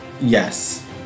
Yes